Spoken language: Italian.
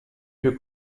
più